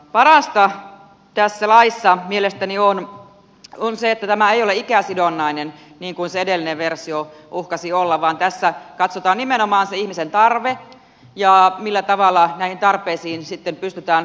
parasta tässä laissa mielestäni on se että tämä ei ole ikäsidonnainen niin kuin se edellinen versio uhkasi olla vaan tässä katsotaan nimenomaan se ihmisen tarve ja millä tavalla näihin tarpeisiin sitten pystytään vastaamaan